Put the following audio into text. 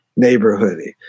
neighborhoody